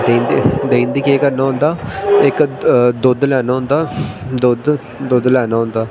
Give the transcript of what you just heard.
देहीं देहीं गी केह् करना होंदा इक दुद्ध लैना होंदा दुद्ध दुद्ध लैना होंदा